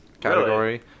category